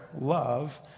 love